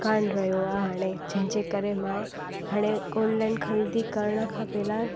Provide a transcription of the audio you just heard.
कोन रहियो आहे हाणे जंहिंजे करे मां हाणे ऑनलाइन ख़रीदी करण खां पहिरियों